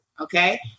Okay